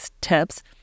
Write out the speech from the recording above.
tips